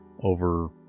over